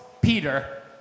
Peter